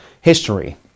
history